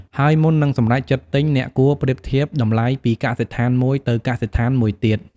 ហើយមុននឹងសម្រេចចិត្តទិញ អ្នកគួរប្រៀបធៀបតម្លៃពីកសិដ្ឋានមួយទៅកសិដ្ឋានមួយទៀត។